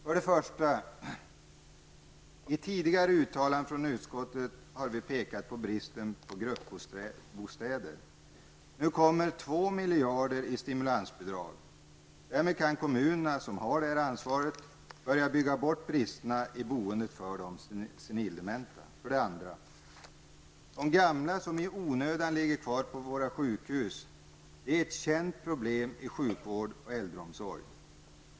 För det första har utskottet i tidigare uttalanden pekat på bristen på gruppbostäder. Nu kommer 2 miljarder i stimulansbidrag. Därmed kan kommunerna, som har det här ansvaret, börja bygga bort bristerna i boendet för de senildementa. För det andra är de gamla som i onödan ligger kvar på sjukhus ett känt problem i sjukvård och äldreomsorg.